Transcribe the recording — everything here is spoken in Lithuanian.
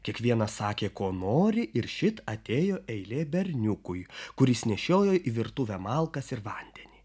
kiekvienas sakė ko nori ir šit atėjo eilė berniukui kuris nešiojo į virtuvę malkas ir vandenį